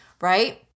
right